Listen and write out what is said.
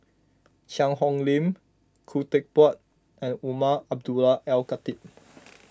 Cheang Hong Lim Khoo Teck Puat and Umar Abdullah Al Khatib